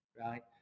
right